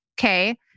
okay